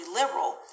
liberal